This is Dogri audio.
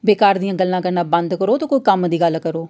बेकार दियां गल्लां करना बंद करो ते कोई कम्म दी गल्ल करो